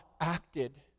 acted